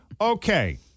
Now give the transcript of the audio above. Okay